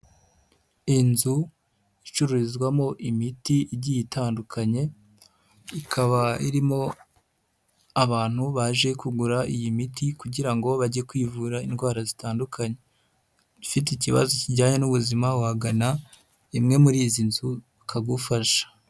Inzu icururizwamo imiti igiye itandukanye ikaba irimo abantu baje kugura iyi miti kugira ngo bage kwivura indwara zitandukanye ufite ikibazo kijyanye n'ubuzima wagana imwe muri izi nzu ikagufasha.